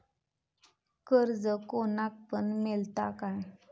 कर्ज कोणाक पण मेलता काय?